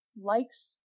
likes